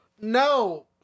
No